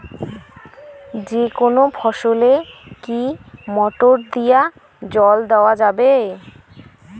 যেকোনো ফসলে কি মোটর দিয়া জল দেওয়া যাবে?